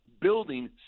building